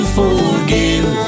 forgive